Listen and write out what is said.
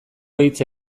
hitza